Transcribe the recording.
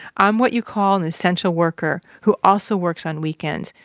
i'm what you call an essential worker who also works on weekends.